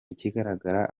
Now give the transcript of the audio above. ikigaragara